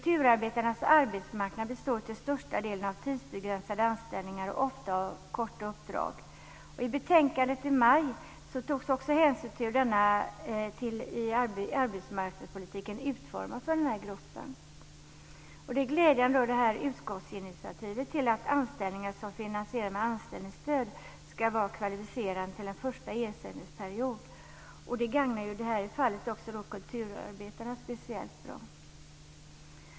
Deras arbetsmarknad består till största delen av tidsbegränsade anställningar, ofta korta uppdrag. I betänkandet i maj togs också hänsyn till hur arbetsmarknadspolitiken utformas för den här gruppen. Det är glädjande med utskottets initiativ till att anställningar som finansieras med anställningsstöd ska vara kvalificerande till en första ersättningsperiod. I det här fallet gagnar det kulturarbetarna speciellt mycket.